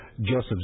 Joseph